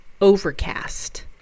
Overcast